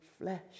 flesh